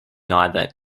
neither